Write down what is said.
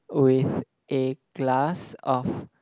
with a glass of